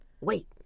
Wait